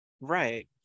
Right